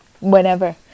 whenever